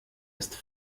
ist